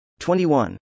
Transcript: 21